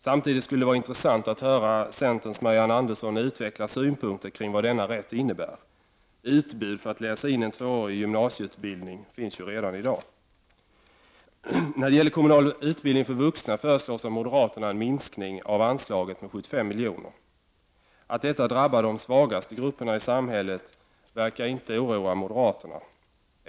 Samtidigt skulle det vara intressant att höra centerns Marianne Andersson utveckla synpunkter kring vad denna rätt innebär. Utbud för att läsa in tvåårig gymnasieutbildning finns ju redan i dag. När det gäller kommunal utbildning för vuxna föreslås av moderaterna en minskning av anslaget med 75 miljoner. Att detta drabbar de svagaste grupperna i samhället verkar inte oroa moderaterna.